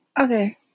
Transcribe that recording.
Okay